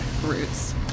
roots